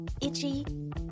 Itchy